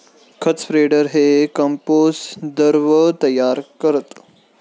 खत स्प्रेडर हे कंपोस्ट द्रव तयार करतं